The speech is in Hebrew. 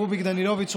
רוביק דנילוביץ',